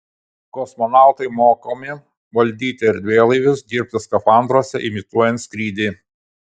kosmonautai mokomi valdyti erdvėlaivius dirbti skafandruose imituojant skrydį